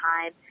time